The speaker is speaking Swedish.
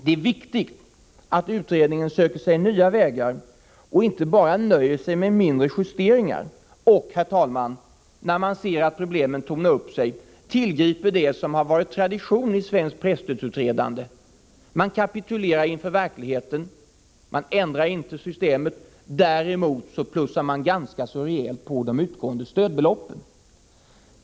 Det är också viktigt att utredningen söker sig nya vägar och inte bara nöjer sig med mindre justeringar samt, herr talman, när man ser att problemen tornar upp sig, tillgriper det som har varit tradition i svenskt presstödssutredande, nämligen att man kapitulerar inför verkligheten och inte ändrar systemet. I stället plussar man rejält på de utgående stödbeloppen.